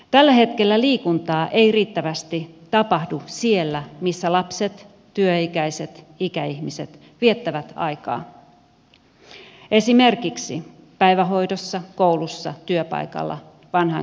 tällä hetkellä liikuntaa ei riittävästi tapahdu siellä missä lapset työikäiset ikäihmiset viettävät aikaa esimerkiksi päivähoidossa koulussa työpaikalla vanhainkodissa